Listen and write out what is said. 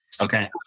Okay